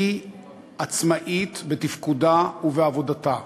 היא עצמאית בתפקודה ובעבודתה,